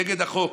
נגד החוק.